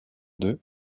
deux